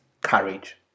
courage